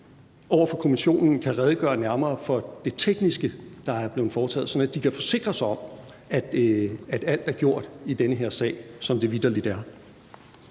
over for kommissionen kan redegøre nærmere for det tekniske, der er blevet foretaget, sådan at de kan forsikre sig om, at alt er gjort i den her sag, som det vitterlig er.